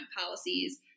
policies